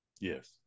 Yes